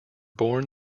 born